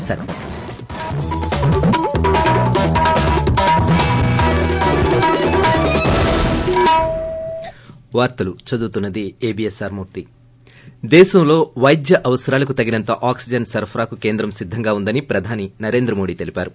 ముఖ్యంశాలు ి దేశంలో వైద్య అవసరాలకు తగినంత ఆక్సిజన్ సరఫరాకు కేంద్రం సిద్దంగా ఉందని ప్రధానమంత్రి నరేంద్ర మోడీ తెలిపారు